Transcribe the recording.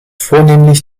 vornehmlich